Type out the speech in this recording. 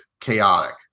chaotic